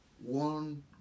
one